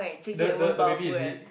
the the the baby is it